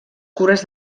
cures